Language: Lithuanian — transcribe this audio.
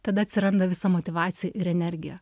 tada atsiranda visa motyvacija ir energija